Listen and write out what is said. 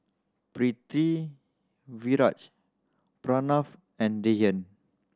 Pritiviraj Pranav and Dhyan